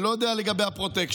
אני לא יודע לגבי הפרוטקשן.